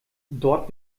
dort